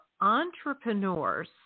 entrepreneurs